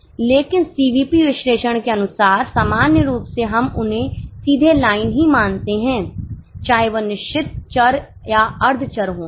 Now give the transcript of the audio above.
लेकिन सीवीपी विश्लेषण के अनुसार सामान्य रूप से हम उन्हें सीधे लाइन ही मानते हैं चाहे वह निश्चित चर या अर्ध चर हो